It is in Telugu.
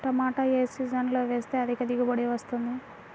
టమాటా ఏ సీజన్లో వేస్తే అధిక దిగుబడి వస్తుంది?